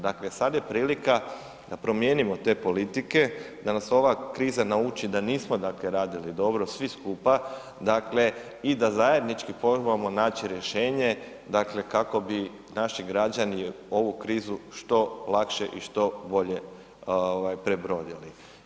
Dakle, sad je prilika da promijenimo te politike, da nas ova kriza nauči da nismo dakle radili dobro svi skupa, dakle i da zajednički probamo naći rješenje dakle kako bi naši građani ovu krizu što lakše i što bolje ovaj prebrodili.